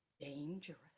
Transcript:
dangerous